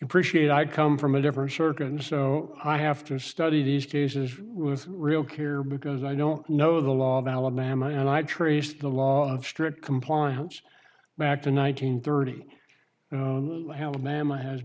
appreciate i come from a different circuit and so i have to study these cases with real care because i don't know the law of alabama and i traced the law in strict compliance back to one hundred thirty alabama has